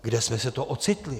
Kde jsme se to ocitli?